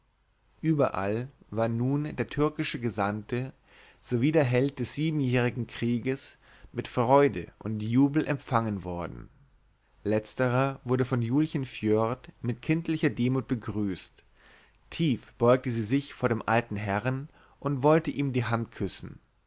überall war nun der türkische gesandte sowie der held des siebenjährigen krieges mit freude und jubel empfangen worden letzterer wurde von julchen foerd mit kindlicher demut begrüßt tief beugte sie sich vor dem alten herrn und wollte ihm die hand küssen